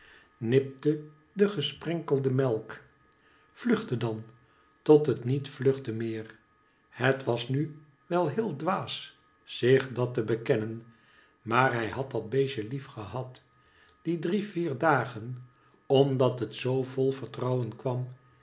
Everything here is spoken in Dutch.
nipte de gesprenkelde melk vluchtte dan tot het niet vluchtte meer het was nu wel heel dwaas zich dat te bekennen maar hij had dat beestje lief gehad die drie vier dagen omdat het zoo vol vertrouwen kwam